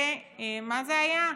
מה זה היה?